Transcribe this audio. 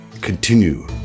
continue